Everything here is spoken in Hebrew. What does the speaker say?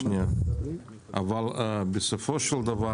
סגן שרת התחבורה והבטיחות בדרכים אורי מקלב: